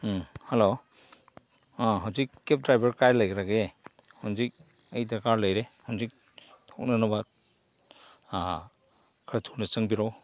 hello ꯍꯧꯖꯤꯛ cab driver ꯀꯗꯥꯏꯗ ꯂꯩꯈ꯭ꯔꯒꯦ ꯍꯧꯖꯤꯛ ꯑꯩ ꯗꯔꯀꯥꯔ ꯂꯩꯔꯦ ꯍꯧꯖꯤꯛ ꯊꯣꯛꯅꯅꯕ ꯈꯔ ꯊꯨꯅ ꯆꯪꯕꯤꯔꯛꯑꯣ